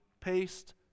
paste